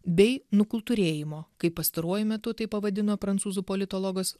bei nukultūrėjimo kaip pastaruoju metu tai pavadino prancūzų politologas